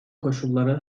koşulları